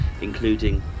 including